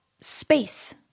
Space